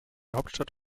hauptstadt